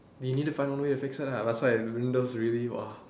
you need to find one way to fix it ah that's why windows really !wah!